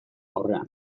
aurrean